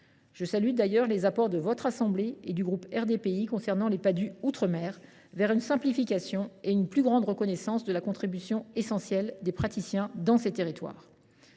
Je salue d’ailleurs les apports de votre assemblée et du groupe RDPI en faveur des Padhue outre mer, qui permettent une simplification et une plus grande reconnaissance de la contribution essentielle des praticiens dans ces territoires.